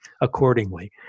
accordingly